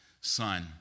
son